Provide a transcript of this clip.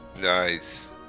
Nice